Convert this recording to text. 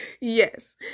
Yes